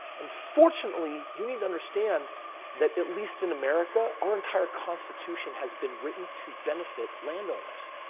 and fortunately, you need to understand that at least in america, our entire constitution has been written to benefit land owners.